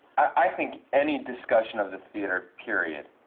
i think any discussion of the theatre, period,